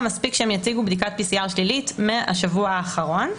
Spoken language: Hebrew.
מספיק שהם יציגו בדיקת PCR שלילית מהשבוע האחרון.